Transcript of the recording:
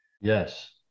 Yes